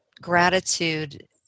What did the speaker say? gratitude